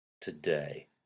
today